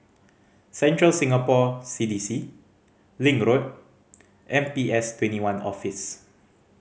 Central Singapore C D C Link Road and P S Twenty one Office